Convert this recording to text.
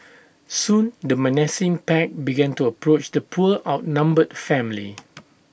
soon the menacing pack began to approach the poor outnumbered family